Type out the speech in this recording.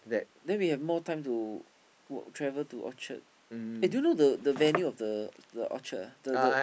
then we have more time to walk travel to Orchard eh do you know the the venue of the the orchard ah the the